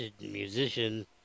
musician